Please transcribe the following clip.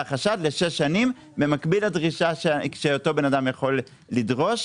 חשד לשש שנים במקביל לדרישה שאותו בן אדם יכול לדרוש.